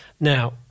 Now